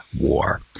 War